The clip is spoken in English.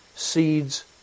Seeds